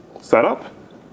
setup